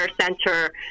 center